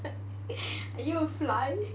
are you a fly